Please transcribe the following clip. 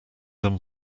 them